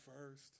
first